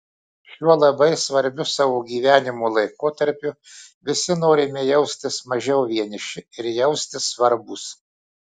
šiuo labai svarbiu savo gyvenimo laikotarpiu visi norime jaustis mažiau vieniši ir jaustis svarbūs